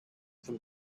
from